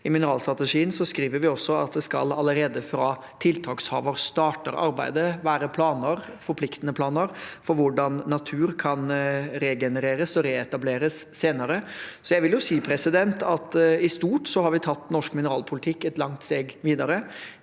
I mineralstrategien skriver vi også at det allerede fra tiltakshaver starter arbeidet skal være planer – forpliktende planer – for hvordan natur kan regenereres og reetableres senere. Så jeg vil si at vi i stort har tatt norsk mineralpolitikk et langt steg videre.